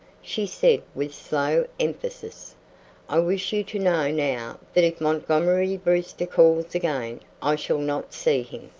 she said with slow emphasis i wish you to know now that if montgomery brewster calls again, i shall not see him.